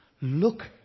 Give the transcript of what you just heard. look